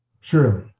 Surely